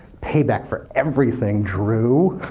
payback for everything, drew.